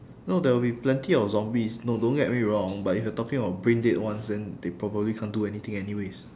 no there will be plenty of zombies no don't get me wrong but if you're talking about brain dead ones then they probably can't do anything anyways